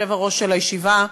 יושב-ראש הישיבה,